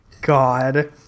god